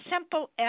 simple